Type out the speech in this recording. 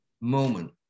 moment